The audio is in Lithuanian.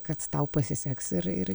kad tau pasiseks ir ir